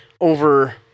over